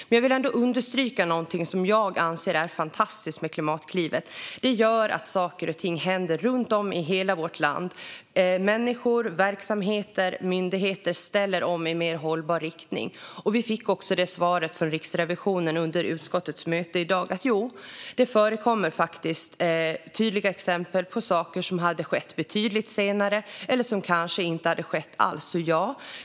Men jag vill ändå understryka någonting som jag anser är fantastiskt med Klimatklivet: Det gör att saker och ting händer runt om i hela vårt land. Människor, verksamheter och myndigheter ställer om i mer hållbar riktning. Vi fick också under utskottets möte i dag svaret från Riksrevisionen att det faktiskt förekommer tydliga exempel på saker som hade skett betydligt senare eller som kanske inte hade skett alls.